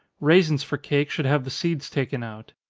raisins for cake should have the seeds taken out.